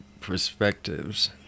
perspectives